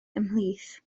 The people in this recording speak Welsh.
ymhlith